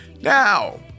Now